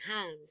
hand